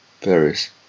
Paris